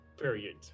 period